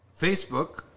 Facebook